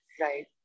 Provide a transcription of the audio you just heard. Right